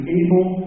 able